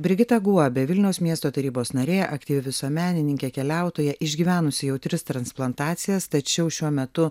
brigita guobė vilniaus miesto tarybos narė aktyvi visuomenininkė keliautoja išgyvenusi jau tris transplantacijas tačiau šiuo metu